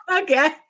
Okay